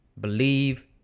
Believe